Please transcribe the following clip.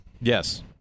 Yes